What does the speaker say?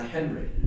Henry